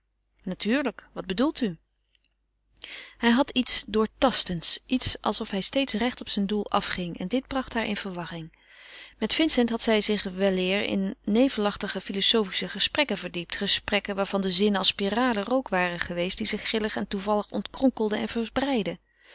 natuurlijk wat bedoelt u hij had iets doortastends iets alsof hij steeds recht op zijn doel afging en dit bracht haar in verwarring met vincent had zij zich weleer in nevelachtige filozofische gesprekken verdiept gesprekken waarvan de zinnen als spiralen rook waren geweest die zich grillig en toevallig ontkronkelden en verbreidden